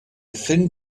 thin